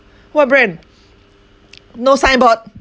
what brand no signboard